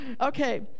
Okay